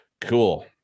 Cool